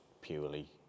purely